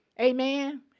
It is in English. Amen